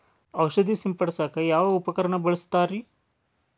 ಔಷಧಿ ಸಿಂಪಡಿಸಕ ಯಾವ ಉಪಕರಣ ಬಳಸುತ್ತಾರಿ?